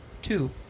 Two